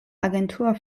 agentur